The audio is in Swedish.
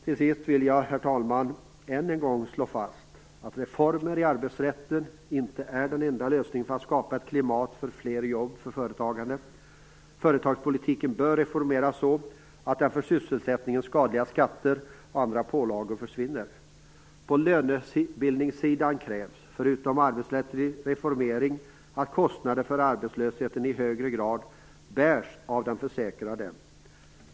Till sist vill jag, herr talman, än en gång slå fast att reformer på arbetsrättens område inte är den enda lösningen för att skapa ett klimat för fler jobb genom företagande. Företagspolitiken bör reformeras så att för sysselsättningen skadliga skatter och andra pålagor försvinner. På lönebildningssidan krävs, förutom arbetsrättslig reformering, att kostnaden för arbetslösheten i högre grad bärs av den försäkrade.